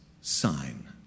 sign